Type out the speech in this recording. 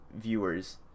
viewers